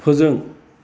फोजों